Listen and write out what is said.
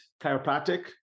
chiropractic